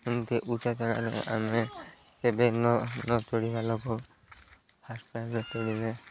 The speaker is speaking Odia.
ଏମତି ଉଚ୍ଚା ଜାଗାରେ ଆମେ କେବେ ନ ନ ଚଢ଼ିବା ଲୋକ ଫାଷ୍ଟ୍ ଟାଇମ୍ରେ ଚଢ଼ିଲେ